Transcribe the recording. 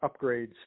upgrades